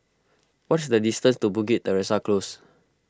what is the distance to Bukit Teresa Close